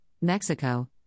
Mexico